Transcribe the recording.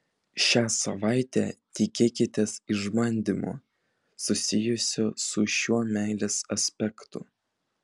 šią savaitę tikėkitės išbandymo susijusio su šiuo meilės aspektu